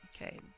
okay